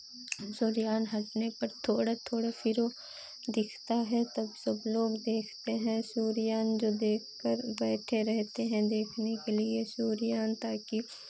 सूर्यग्रहण हटने पर थोड़ा थोड़ा फिर वो दिखता है तब सब लोग देखते हैं सूर्यग्रहण जो देखकर बैठे रहते हैं देखने के लिए सूर्यग्रहण ताकि